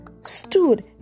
stood